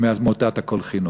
מעמותת "הכול חינוך".